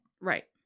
Right